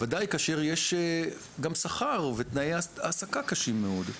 וודאי כאשר יש גם שכר ותנאי העסקה קשים מאוד.